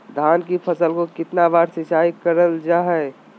धान की फ़सल को कितना बार सिंचाई करल जा हाय?